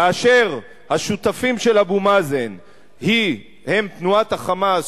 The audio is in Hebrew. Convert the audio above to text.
כאשר השותפים של אבו מאזן הם תנועת ה"חמאס",